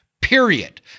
period